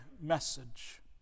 message